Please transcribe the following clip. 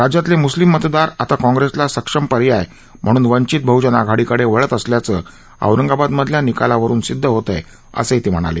राज्यातले मुस्लिम मतदार आता काँग्रेसला सक्षम पर्याय म्हणून वंचित व बहजन आघाडी कडे वळत असल्याचं औरंगाबाद मधल्या निकालावरून सिद्ध होतं असही ते म्हणाले